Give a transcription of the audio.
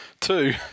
Two